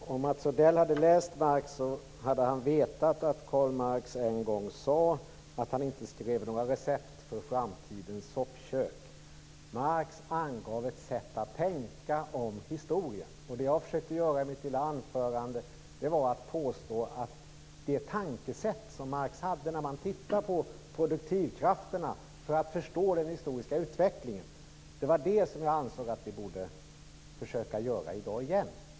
Herr talman! Om Mats Odell hade läst Marx hade han vetat att Karl Marx en gång sade att han inte skrev några recept för framtidens soppkök. Marx angav ett sätt att tänka om historien. Vad jag i all anspråkslöshet försökte göra i mitt lilla anförande var att uppmana till förståelse för det tankesätt som Marx hade i fråga om produktivkrafterna för att vi skall förstå den historiska utvecklingen.